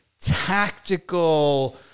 tactical